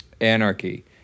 anarchy